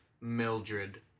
Mildred